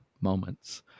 moments